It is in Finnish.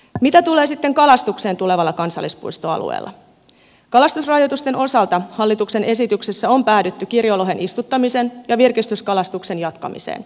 mitä tulee sitten kalastukseen tulevalla kansallispuistoalueella kalastusrajoitusten osalta hallituksen esityksessä on päädytty kirjolohen istuttamisen ja virkistyskalastuksen jatkamiseen